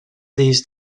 these